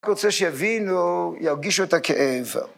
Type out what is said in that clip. הוא רוצה שיבינו ירגישו את הכאב.